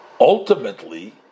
Ultimately